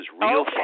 real